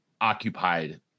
occupied